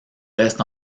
reste